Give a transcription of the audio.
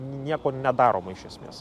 ni nieko nedaroma iš esmės